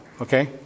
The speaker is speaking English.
okay